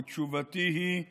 ותשובתי, היא: